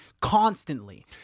constantly